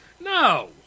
no